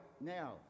now